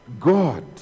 god